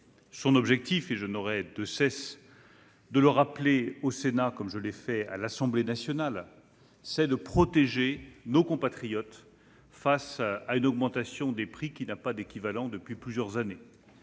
Son objectif- je n'aurai de cesse de le rappeler au Sénat, comme je l'ai fait à l'Assemblée nationale -est de protéger nos compatriotes face à l'augmentation des prix sans équivalent depuis plusieurs années